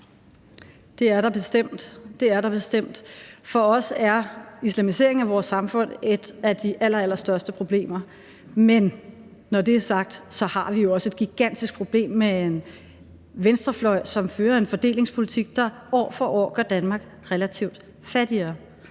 det er der bestemt. For os er islamiseringen af vores samfund et af de allerallerstørste problemer, men når det er sagt, har vi også et gigantisk problem med en venstrefløj, som fører en fordelingspolitik, der år for år gør Danmark relativt fattigere.